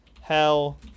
hell